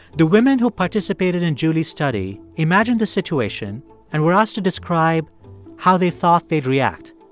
the women who participated in julie's study imagined the situation and were asked to describe how they thought they'd react.